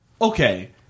okay